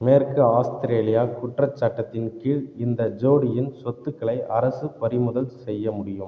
மேற்கு ஆஸ்திரேலியா குற்றச் சட்டத்தின் கீழ் இந்த ஜோடியின் சொத்துக்களை அரசு பறிமுதல் செய்ய முடியும்